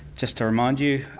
just to remind you.